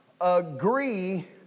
agree